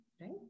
right